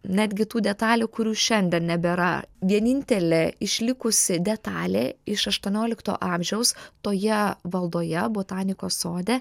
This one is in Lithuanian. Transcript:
netgi tų detalių kurių šiandien nebėra vienintelė išlikusi detalė iš aštuoniolikto amžiaus toje valdoje botanikos sode